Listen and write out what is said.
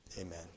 Amen